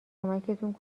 کمکتون